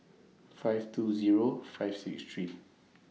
five two Zero five six three